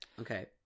Okay